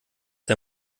der